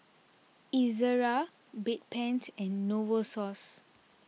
Ezerra Bedpans and Novosource